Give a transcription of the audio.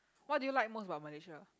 what do you like most about Malaysia